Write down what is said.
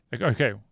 okay